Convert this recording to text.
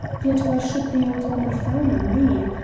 yet why should the old woman frown on me?